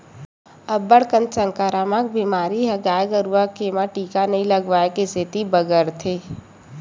अब्बड़ कन संकरामक बेमारी ह गाय गरुवा के म टीका नइ लगवाए के सेती बगरथे